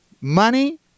Money